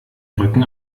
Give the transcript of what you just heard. rücken